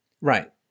Right